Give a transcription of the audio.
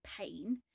pain